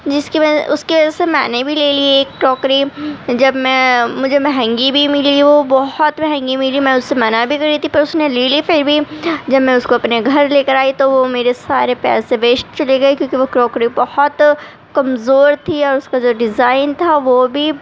جس کی وجہ اس کی وجہ سے میں نے بھی لے لی ایک کراکری جب میں مجھے مہنگی بھی ملی وہ بہت مہنگی ملی میں اسے منع بھی کر رہی تھی پر اس نے لے لی پھر بھی جب میں اس کو اپنے گھر لے کر آئی تو وہ میرے سارے پیسے ویسٹ چلے گئے کیونکہ وہ کراکری بہت کمزور تھی اور اس کا جو ڈیزائن تھا وہ بھی